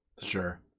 Sure